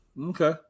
okay